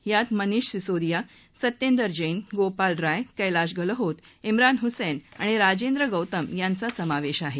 यात मनिष सिसोदिया सत्येदर जैन गोपाल राय कैलाश गलहोत श्रान हुसैन आणि राजेंद्र गौतम यांचा समावेश आहे